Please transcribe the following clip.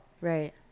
Right